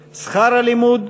הלימודים,